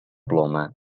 ploma